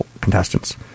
contestants